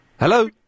Hello